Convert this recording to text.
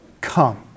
come